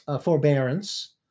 forbearance